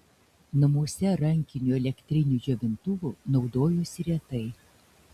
namuose rankiniu elektriniu džiovintuvu naudojosi retai